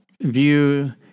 view